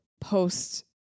post